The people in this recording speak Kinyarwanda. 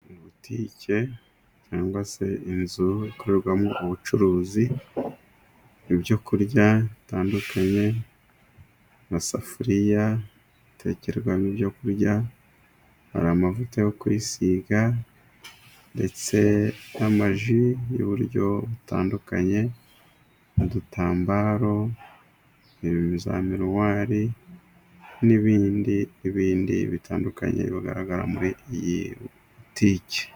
Butike cyangwa se inzu ikorerwamo ubucuruzi, ibyokurya bitandukanye, amasafuriya atekerwamo ibyo kurya, hari amavuta yo kwiyisiga ndetse n'amaji y'uburyo butandukanye, udutambaro, za miruwari, n'ibindi n'ibindi bitandukanye bigaragara muri iyi butiki.